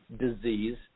disease